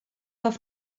auf